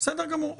בסדר גמור.